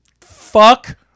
Fuck